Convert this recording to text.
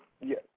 Yes